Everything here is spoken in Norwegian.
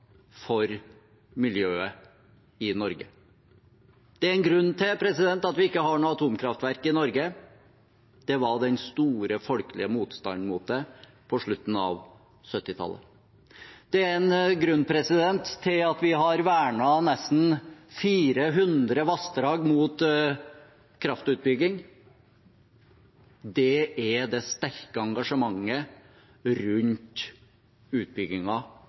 for miljøet i Norge. Det er en grunn til at vi ikke har noe atomkraftverk i Norge – det var den store folkelige motstanden mot det på slutten av 1970-tallet. Det er en grunn til at vi har vernet nesten 400 vassdrag mot kraftutbygging – det er det sterke engasjementet rundt